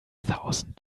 thousand